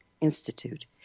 Institute